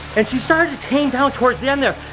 and she started to tame down towards the end there.